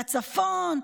מהצפון,